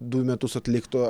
du metus atlikto